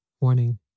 Warning